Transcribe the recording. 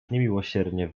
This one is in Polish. niemiłosiernie